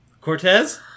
Cortez